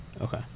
Okay